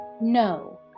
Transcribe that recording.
No